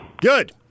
Good